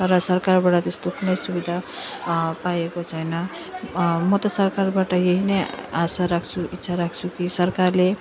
तर सरकारबाट त्यस्तो कुनै सुविधा पाएको छैन म त सरकारबाट यही नै आशा राख्छु इच्छा राख्छु कि सरकारले